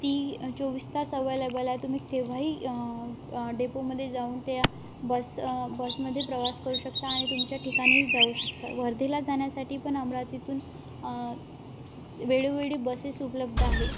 ती चोवीस तास अवलेबल आहे तुम्ही केव्हाही डेपोमध्ये जाऊन त्या बस बसमध्ये प्रवास करू शकता आणि तुमच्या ठिकाणी जाऊ शकता वर्धेला जाण्यासाठी पणअमरवतीतून वेळोवेळी बसेस उपलब्ध आहे